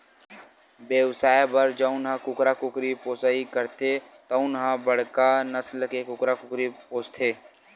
बेवसाय बर जउन ह कुकरा कुकरी पोसइ करथे तउन ह बड़का नसल के कुकरा कुकरी पोसथे